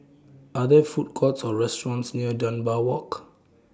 Are There Food Courts Or restaurants near Dunbar Walk